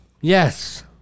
Yes